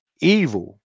evil